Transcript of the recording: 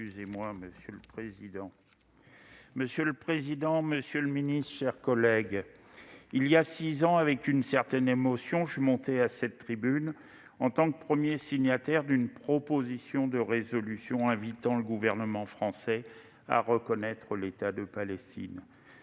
Monsieur le président, monsieur le ministre, mes chers collègues, il y a sept ans, avec émotion, je montais à cette tribune en tant que premier signataire d'une proposition de résolution invitant le gouvernement français à reconnaître l'État de Palestine.